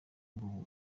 ubwo